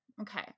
okay